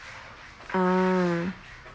mm